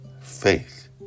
faith